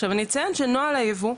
עכשיו אני אציין שנוהל הייבוא,